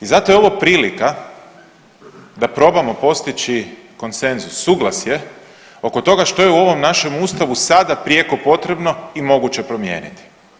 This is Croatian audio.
I zato je ovo prilika da probamo postići konsenzus, suglasje oko toga što je u ovom našem Ustavu sada prijeko potrebno i moguće promijeniti.